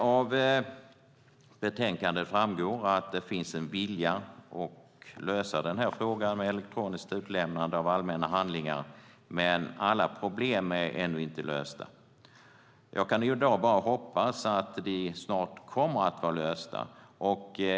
Av betänkandet framgår att det finns en vilja att lösa den här frågan med elektroniskt utlämnande av allmänna handlingar, men alla problem är ännu inte lösta. Jag kan i dag bara hoppas att de snart kommer att vara lösta.